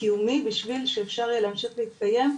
קיומי בשביל שאפשר יהיה להמשיך להתקיים,